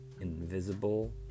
invisible